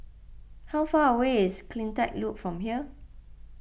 how far away is CleanTech Loop from here